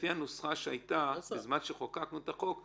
לפי הנוסחה שהייתה בזמן שחוקקנו את החוק,